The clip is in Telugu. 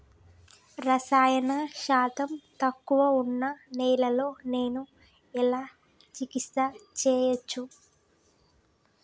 రసాయన శాతం తక్కువ ఉన్న నేలను నేను ఎలా చికిత్స చేయచ్చు?